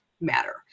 matter